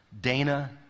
Dana